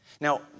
Now